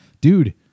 dude